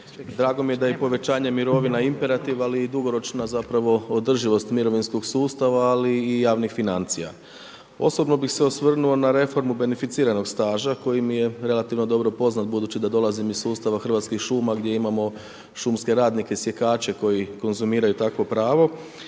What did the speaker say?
Drago mi je da je povećanje mirovina imperativ ali i dugoročna zapravo održivost mirovinskog sustava ali i javnih financija. Osobno bih se osvrnuo na reformu beneficiranog staža, koji mi je relativno dobro poznat, budući da dolazim iz sustava hrvatskih šuma, gdje imamo šumske radnike, sjekače, koji konzumiraju takvo pravo.